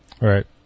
Right